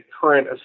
current